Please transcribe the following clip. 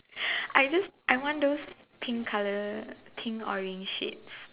I just I want those pink color pink orange shades